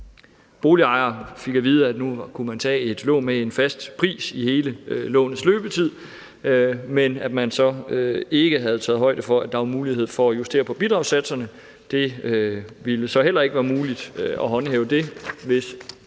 boligejere fik at vide, at nu kunne de tage et lån med en fast pris i hele lånets løbetid, men at man så ikke havde taget højde for, at der var mulighed for at justere på bidragssatserne. Det ville så heller ikke være muligt at håndhæve det, hvis